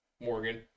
morgan